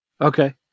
Okay